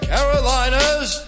Carolinas